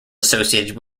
associated